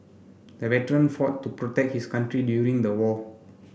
the veteran fought to protect his country during the war